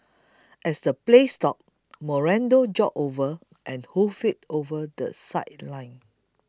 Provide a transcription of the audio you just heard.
as play stopped Moreno jogged over and hoofed it over the sideline